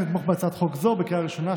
לתמוך בהצעת חוק זו בקריאה ראשונה,